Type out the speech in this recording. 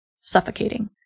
suffocating